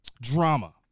drama